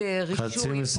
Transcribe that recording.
חצי משרה?